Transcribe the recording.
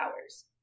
hours